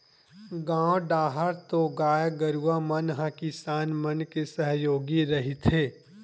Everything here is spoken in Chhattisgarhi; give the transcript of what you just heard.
गाँव डाहर तो गाय गरुवा मन ह किसान मन के सहयोगी रहिथे